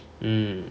mm